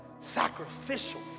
sacrificial